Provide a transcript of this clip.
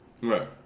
Right